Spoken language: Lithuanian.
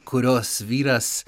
kurios vyras